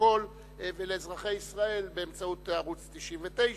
לפרוטוקול ולאזרחי ישראל באמצעות ערוץ-99,